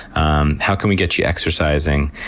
um how can we get you exercising?